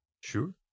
sure